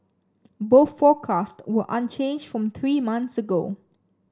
both forecasts were unchanged from three months ago